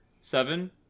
Seven